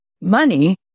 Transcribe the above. money